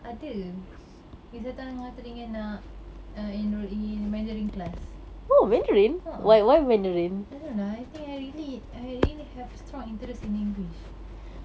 ada satu yang angah teringin nak err enroll in mandarin class a'ah I don't know ah I think I really I really have strong interest in language